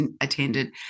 attended